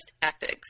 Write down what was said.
tactics